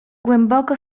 głęboko